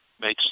makes